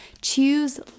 Choose